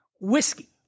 whiskey